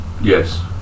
Yes